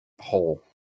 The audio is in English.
hole